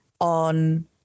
on